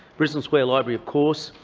brisbane square library, of course,